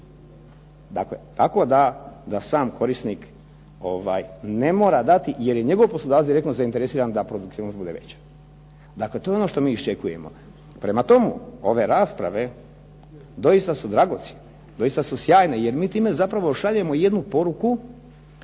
Dakle, tako da sam korisnik ne mora dati jer je njegov poslodavac direktno zainteresiran da produktivnost bude veća. Dakle, to je ono što mi iščekujemo. Prema tome, ove rasprave doista su dragocjene, doista su sjajne jer mi time zapravo šaljemo jednu poruku